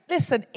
Listen